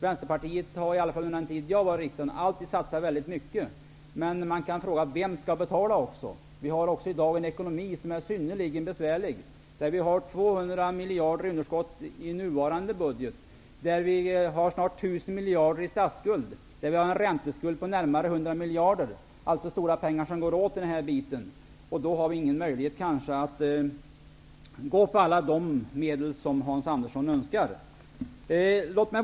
Vänsterpartiet har under den tid jag har varit i riksdagen alltid satsat väldigt mycket. Men man kan fråga: Vem skall betala? Vi har i dag en synnerligen besvärlig ekonomi. Vi har 200 miljarder i underskott i nuvarande budget, och vi har snart 1 000 miljoner i statsskuld, ränteskuld på närmare 100 miljarder. Det är alltså stora pengar som går åt. Då har vi ingen möjlighet att gå med på alla de medel som Hans Andersson önskar.